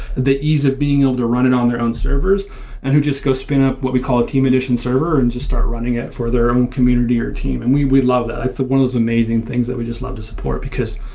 the ease of being able to run it on their own servers and who just goes spin up what we call a team edition server and just start running it for their own community or team, and we would that. it's one those amazing things that we just love to support, because,